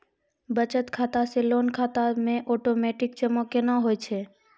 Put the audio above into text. बचत खाता से लोन खाता मे ओटोमेटिक जमा केना होय छै?